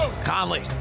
Conley